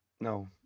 No